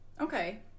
Okay